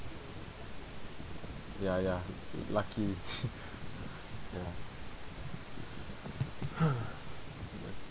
ya ya lucky ya